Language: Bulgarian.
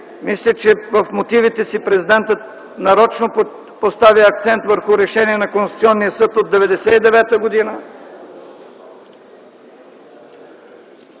Мисля, че в мотивите си Президентът нарочно поставя акцент върху решение на Конституционния съд от 1999 г.,